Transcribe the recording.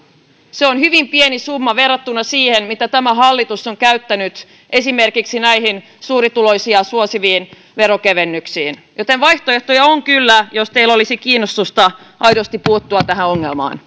se on hyvin pieni summa verrattuna siihen mitä tämä hallitus on käyttänyt esimerkiksi näihin suurituloisia suosiviin veronkevennyksiin joten vaihtoehtoja olisi kyllä jos teillä olisi aidosti kiinnostusta puuttua tähän ongelmaan